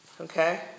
Okay